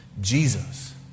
Jesus